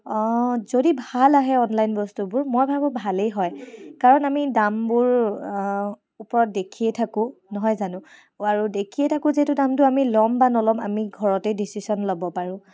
যদি ভাল আহে অনলাইন বস্তুবোৰ মই ভাবো ভালে হয় কাৰণ আমি দামবোৰ ওপৰত দেখিয়ে থাকো নহয় জানো আৰু দেখিয়ে থাকো যিহেতু দামটো আমি ল'ম বা নল'ম আমি ঘৰতে ডিচিশ্যন ল'ব পাৰোঁ